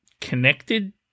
connected